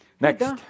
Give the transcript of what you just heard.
Next